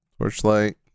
Torchlight